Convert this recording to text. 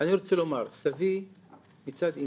אני רוצה לומר, סבי מצד אמי,